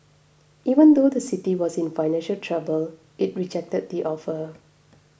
even though the city was in financial trouble it rejected the offer